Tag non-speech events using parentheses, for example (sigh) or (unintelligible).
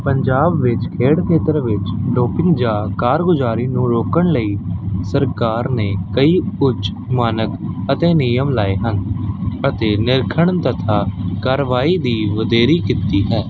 ਪੰਜਾਬ ਵਿੱਚ ਖੇਡ ਖੇਤਰ ਵਿੱਚ (unintelligible) ਕਾਰਗੁਜ਼ਾਰੀ ਨੂੰ ਰੋਕਣ ਲਈ ਸਰਕਾਰ ਨੇ ਕਈ ਕੁਝ ਮਾਨਕ ਅਤੇ ਨਿਯਮ ਲਾਏ ਹਨ ਅਤੇ ਨਿਰੀਖਣ ਤਥਾ ਕਾਰਵਾਈ ਦੀ ਵਧੇਰੀ ਕੀਤੀ ਹੈ